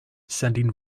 sending